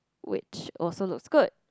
which also looks good